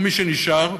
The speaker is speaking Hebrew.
ומי שנשאר,